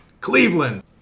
Cleveland